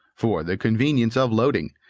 for the convenience of loading,